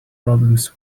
problems